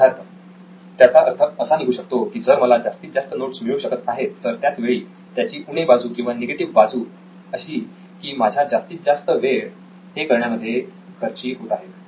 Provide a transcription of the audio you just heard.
सिद्धार्थ त्याचा अर्थ असा निघू शकतो की जर मला जास्तीत जास्त नोट्स मिळू शकत आहेत तर त्याच वेळी त्याची उणे बाजू किंवा निगेटिव्ह बाजू अशी की माझा जास्तीत जास्त वेळ हे करण्यामध्ये खर्ची होत आहे